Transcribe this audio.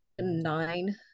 nine